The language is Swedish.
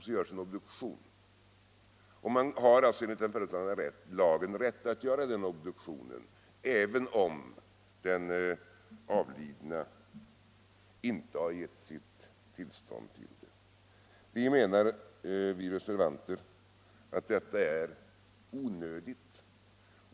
— Så görs en obduktion, och man har alltså enligt den föreslagna lagen rätt att göra den obduktionen även om den avlidne inte gett sitt tillstånd till det. Vi reservanter menar att detta är onödigt.